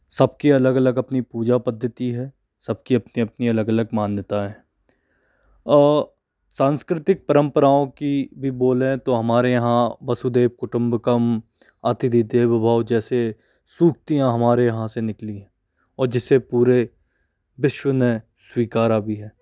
सब की अलग अलग अपनी पूजा पद्धति है सब की अपनी अपनी अलग अलग मान्यता है सांस्कृतिक परंपराओं की भी बोले तो हमारे यहाँ वासुदेव कुटुम्बकम अतिथि देवो भव जैसे सूक्तियाँ हमारे यहाँ से निकली हैं और जिसे पूरे विश्व ने स्वीकारा भी है